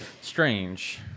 strange